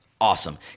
Awesome